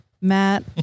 Matt